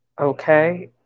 Okay